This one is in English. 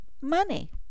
money